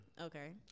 Okay